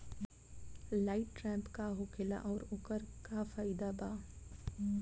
Light trap का होखेला आउर ओकर का फाइदा बा?